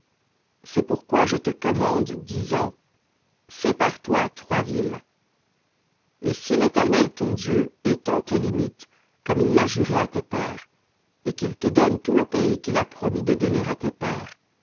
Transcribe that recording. c'est pourquoi je te commande disant sépare toi trois villes et si l'éternel ton dieu étend tes limites comme il l'a juré à tes pères et qu'il te donne tout le pays qu'il a promis de donner à tes pères